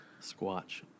Squatch